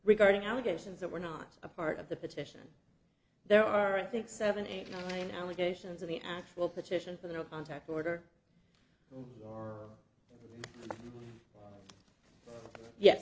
regarding our additions that were not a part of the petition there are i think seven eight nine allegations of the actual petition for the no contact order or ye